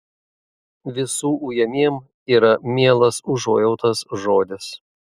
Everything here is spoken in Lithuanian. visų ujamiem yra mielas užuojautos žodis